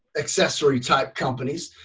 accessory type companies.